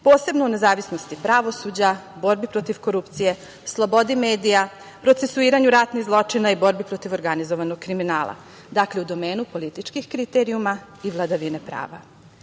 posebno nezavisnosti pravosuđa, borbi protiv korupcije, slobodi medija, procesuiranju ratnih zločina i borbi protiv organizovanog kriminala. Dakle, u domenu političkih kriterijuma i vladavine prava. Dobra